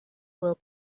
will